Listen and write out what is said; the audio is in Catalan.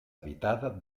habitada